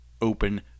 open